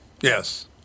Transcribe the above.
Yes